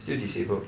still disabled